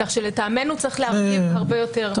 כך שלטעמנו צריך להרחיב הרבה יותר.